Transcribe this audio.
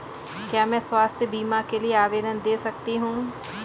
क्या मैं स्वास्थ्य बीमा के लिए आवेदन दे सकती हूँ?